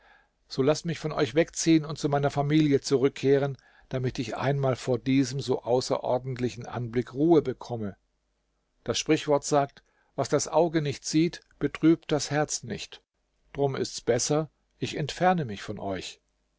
so laßt mich von euch wegziehen und zu meiner familie zurückkehren damit ich einmal vor diesem so außerordentlichen anblick ruhe bekomme das sprichwort sagt was das auge nicht sieht betrübt das herz nicht drum ist's besser ich entferne mich von euch